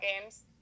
games